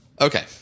Okay